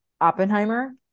oppenheimer